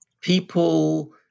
people